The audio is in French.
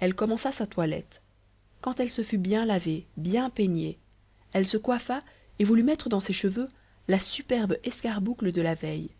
elle commença sa toilette quand elle se fut bien lavée bien peignée elle se coiffa et voulut mettre dans ses cheveux la superbe escarboucle de la veille